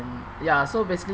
ya so basically